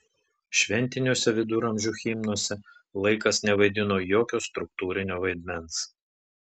šventiniuose viduramžių himnuose laikas nevaidino jokio struktūrinio vaidmens